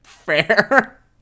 fair